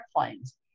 airplanes